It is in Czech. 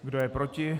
Kdo je proti?